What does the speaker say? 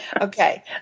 Okay